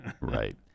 right